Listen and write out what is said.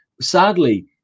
sadly